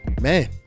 man